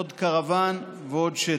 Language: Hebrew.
עוד קרוואן ועוד שטח.